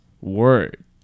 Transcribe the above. word